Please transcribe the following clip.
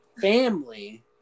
family